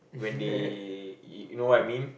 when they you know what I mean